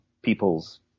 people's